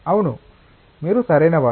అవును మీరు సరైనవారు